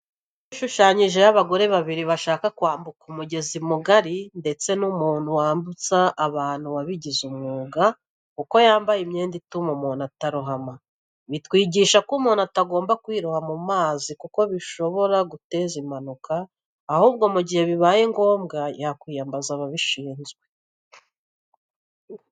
Inkuru ishushanyije y'abagore babiri bashaka kwambuka umugezi mugari ndetse n'umuntu wambutsa abantu wabigize umwuga kuko yambaye imyenda ituma umuntu atarohama. Bitwigisha ko umuntu atagomba kwiroha mu mazi kuko bishobora guteza impanuka, ahubwo mu gihe bibaye ngombwa yakwiyambaza ababishinzwe .